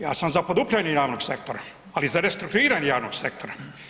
Ja sam za podupiranje javnog sektora, ali za restrukturiranje javnog sektora.